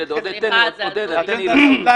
--- עודד, תן לי להשלים.